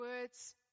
words